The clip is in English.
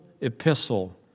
epistle